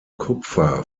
kupfer